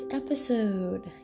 episode